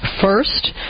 First